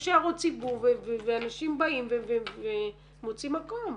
יש הערות ציבור ואנשים באים ומוצאים מקום.